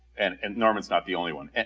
and and norman's not the only one,